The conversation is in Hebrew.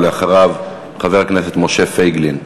ואחריו חבר הכנסת משה פייגלין.